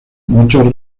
muchos